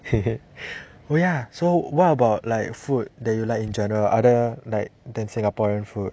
oh ya so what about like food that you like in general other like than singaporean food